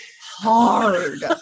hard